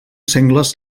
sengles